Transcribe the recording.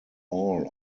all